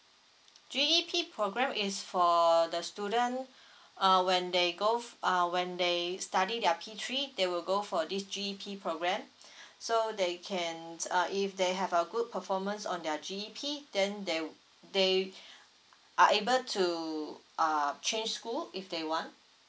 G_E_P program is for the student uh when they go fo~ uh when they study their P three they will go for this G_E_P program so that you can uh if they have a good performance on their G_E_P then they they are able to uh change school if they want